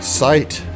site